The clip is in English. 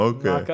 Okay